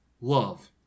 love